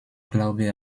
glaube